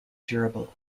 durable